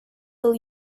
will